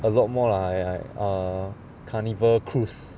a lot more lah like err Carnival Cruise